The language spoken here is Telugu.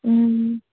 ఆ